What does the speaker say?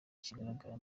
kigaragara